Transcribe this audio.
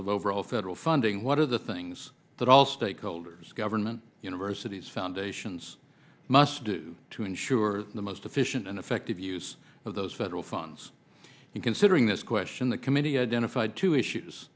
of overall federal funding what are the things that all stakeholders government universities foundations must do to ensure the most efficient and effective use of those federal funds and considering this question the committee identified two issues